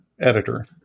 editor